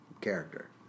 character